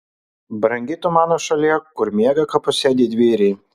brangi tu mano šalie kur miega kapuose didvyriai